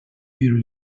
hear